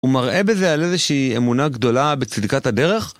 הוא מראה בזה על איזושהי אמונה גדולה בצידקת הדרך?